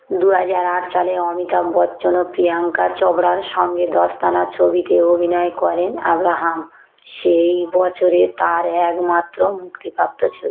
দু হাজার আট সালে অমিতাভ বচ্চন ও প্রিয়াঙ্কা চোপড়ার সঙ্গে দোস্তানা ছবিতে অভিনয় করেন আব্রাহাম সেই বছরের তার একমাত্র মুক্তিপ্রাপ্ত ছবি